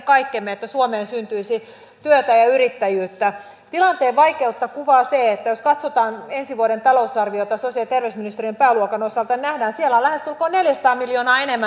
koen että tämä on kyllä aika epäuskottavaa tilanteessa jossa koko tämä perusta leikataan pois eli myös nämä uuden kehittämisen ja kasvun eväät